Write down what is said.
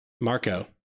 Marco